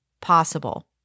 possible